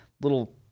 little